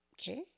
okay